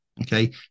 Okay